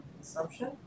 consumption